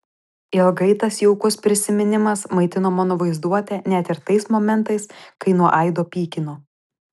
ilgai tas jaukus prisiminimas maitino mano vaizduotę net ir tais momentais kai nuo aido pykino